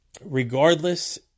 regardless